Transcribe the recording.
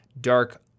Dark